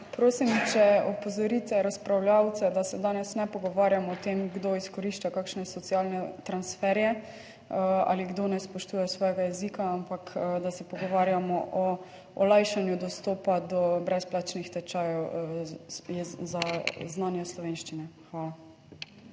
prosim, če opozorite razpravljavce, da se danes ne pogovarjamo o tem, kdo izkorišča kakšne socialne transferje ali kdo ne spoštuje svojega jezika, ampak, da se pogovarjamo o olajšanju dostopa do brezplačnih tečajev, za znanje slovenščine. Hvala.